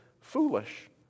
foolish